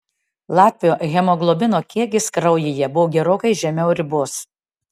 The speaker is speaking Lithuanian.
latvio hemoglobino kiekis kraujyje buvo gerokai žemiau ribos